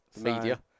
Media